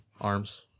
Arms